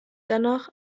dennoch